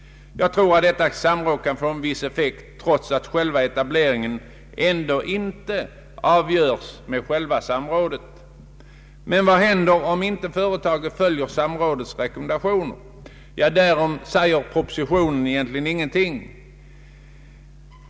Jag tror att detta samråd kan få en viss effekt, trots att själva etableringen ändå inte avgörs med själva samrådet. Men vad händer, om inte företaget följer samrådets rekommendationer? Därom säger propositionen egentligen ingenting.